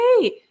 Hey